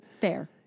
Fair